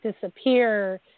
disappear